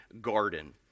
garden